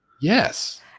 Yes